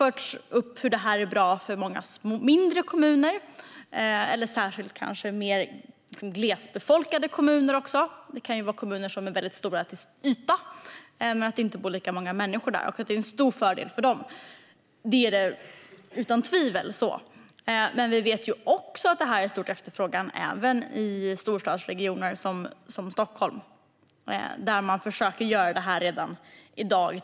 Det har förts fram att detta är bra för många mindre kommuner, eller kanske särskilt mer glesbefolkade kommuner - det kan ju vara kommuner som är väldigt stora till sin yta men där det inte bor lika många människor. Det är utan tvivel så att detta är en stor fördel för dem, men vi vet att det är stor efterfrågan på detta även i storstadsregioner som Stockholm. Där försöker man göra detta redan i dag.